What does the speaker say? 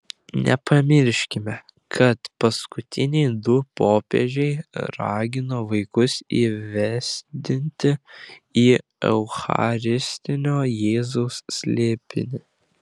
nepamirškime kad paskutiniai du popiežiai ragino vaikus įvesdinti į eucharistinio jėzaus slėpinį